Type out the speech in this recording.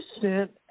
sent